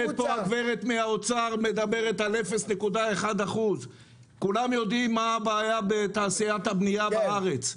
הגברת מהאוצר מדברת על 0.1%. כולם יודעים מה הבעיה בתעשיית הבנייה בארץ.